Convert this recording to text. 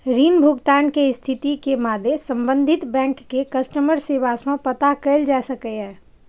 ऋण भुगतान के स्थिति के मादे संबंधित बैंक के कस्टमर सेवा सं पता कैल जा सकैए